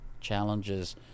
challenges